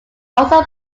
also